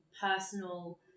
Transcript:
personal